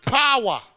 power